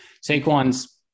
Saquon's